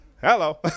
Hello